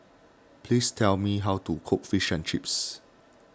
please tell me how to cook Fish and Chips